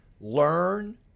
Learn